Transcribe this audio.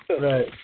Right